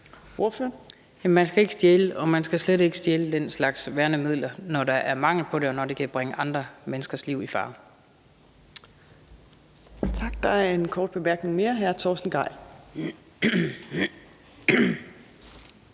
Man skal ikke stjæle, og man skal slet ikke stjæle den slags værnemidler, når der er mangel på det, og når det kan bringe andre menneskers liv i fare.